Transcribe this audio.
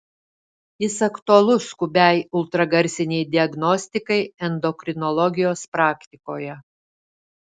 jis aktualus skubiai ultragarsinei diagnostikai endokrinologijos praktikoje